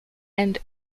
and